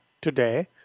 today